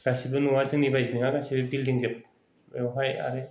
गासिबो न'आ जोंनि बायदि नङा गासिबो बिलदिंजोब बबेवहाय आरो